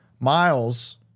Miles